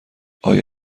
آیا